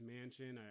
Mansion